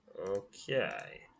Okay